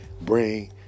bring